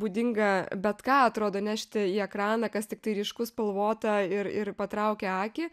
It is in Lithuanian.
būdinga bet ką atrodo nešti į ekraną kas tiktai ryšku spalvota ir ir patraukia akį